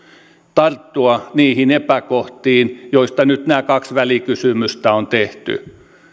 tarttua niihin epäkohtiin joista nyt nämä kaksi välikysymystä on tehty